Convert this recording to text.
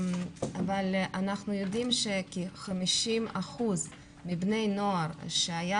אבל אנחנו יודעים שכ-50% מבני נוער שהיה